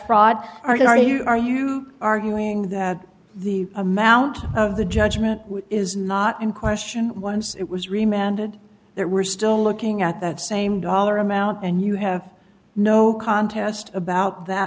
fraud are you are you arguing that the amount of the judgment is not in course once it was remanded there we're still looking at that same dollar amount and you have no contest about that